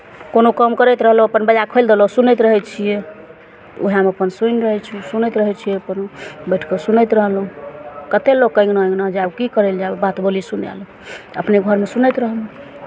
कोनो काम करैत रहलहुँ अपन बाजा खोलि देलहुँ सुनैत रहै छियै उएहमे अपन सुनि रहै छी सुनैत रहै छी अपन बैठि कऽ सुनैत रहलहुँ कतेक लोक एहि अङ्गना ओहि अङ्गना जायब की करय लए जायब बात बोली सुनय लए अपने घरमे सुनैत रहलहुँ